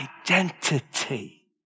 identity